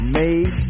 made